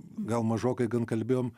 gal mažokai gan kalbėjom